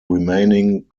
remaining